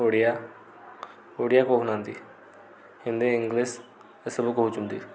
ଓଡ଼ିଆ ଓଡ଼ିଆ କହୁନାହାଁନ୍ତି ହିନ୍ଦୀ ଇଂଲିଶ୍ ଏ ସବୁ କହୁଛନ୍ତି